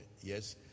Yes